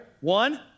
One